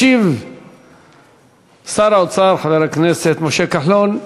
ישיב שר האוצר חבר הכנסת משה כחלון.